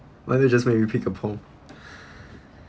why don't you just wait and pick a pole